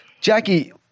Jackie